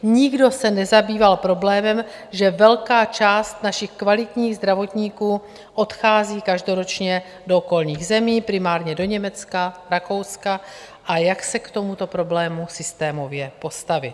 Nikdo se nezabýval problémem, že velká část našich kvalitních zdravotníků odchází každoročně do okolních zemí, primárně do Německa, Rakouska, a jak se k tomuto problému systémově postavit.